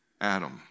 Adam